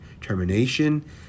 termination